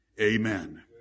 Amen